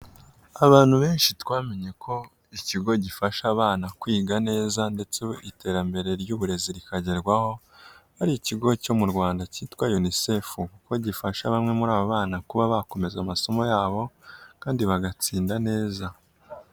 Abantu benshi twamenye ko ikigo gifasha abana kwiga neza ndetse iterambere ry'uburezi rikagerwaho, ari ikigo cyo mu Rwanda cyitwa UNICEFU kuko gifasha bamwe muri aba bana kuba bakomeza amasomo yabo kandi bagatsinda neza.